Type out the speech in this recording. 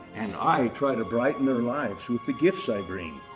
and i try to brighten their lives with the gifts i bring.